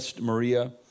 Maria